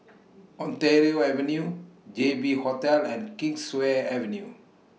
Ontario Avenue J B Hotel and Kingswear Avenue